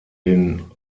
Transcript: den